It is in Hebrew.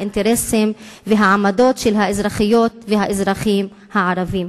האינטרסים והעמדות של האזרחיות והאזרחים הערבים,